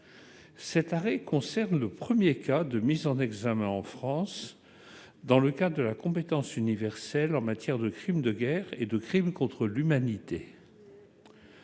cet arrêt concerne le 1er cas de mise en examen en France, dans le cas de la compétence universelle en matière de films de guerre et de crimes contre l'humanité.